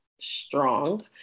strong